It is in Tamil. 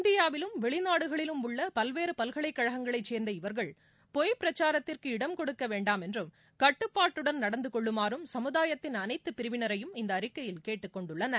இந்தியாவிலும் வெளிநாடுகளிலும் உள்ள பல்வேறு பல்கலைக்கழகங்களைச் சேர்ந்த இவர்கள் பொய்ப்பிரச்சாரத்திற்கு இடம் கொடுக்க வேண்டாம் என்றும் கட்டுப்பாட்டுடன் நடந்து கொள்ளுமாறும் சமுதாயத்தின் அனைத்து பிரிவினரையும் இந்த அறிக்கையில் கேட்டுக் கொண்டுள்ளனர்